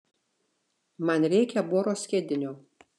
man reikia boro skiedinio